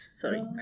Sorry